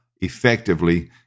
effectively